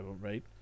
right